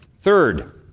Third